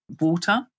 water